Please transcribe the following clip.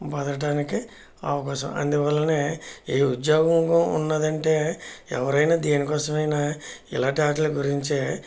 బతకటానికి అవకాశం అందువల్లనే ఈ ఉద్యోగంలో ఉన్నదంటే ఎవరైనా దేనికోసమైనా ఇలాంటి వాటి గురించే